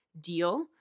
deal